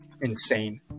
insane